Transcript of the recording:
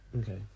Okay